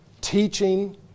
teaching